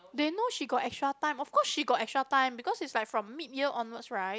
they know she got extra time of course she got extra time because it's like from mid year onwards right